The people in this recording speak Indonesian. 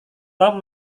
tom